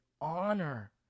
honor